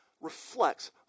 reflects